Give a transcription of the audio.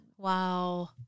Wow